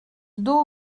dos